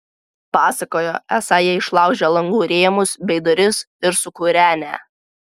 pasakojo esą jie išlaužę langų rėmus bei duris ir sukūrenę